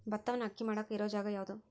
ಭತ್ತವನ್ನು ಅಕ್ಕಿ ಮಾಡಾಕ ಇರು ಜಾಗ ಯಾವುದು?